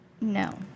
No